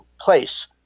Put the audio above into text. place